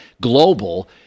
global –